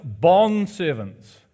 bondservants